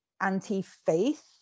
anti-faith